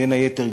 בין היתר,